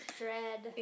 dread